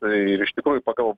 tai ir iš tikrųjų pagal